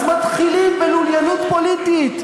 אז מתחילים בלוליינות פוליטית.